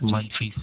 منفی